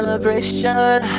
Celebration